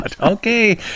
Okay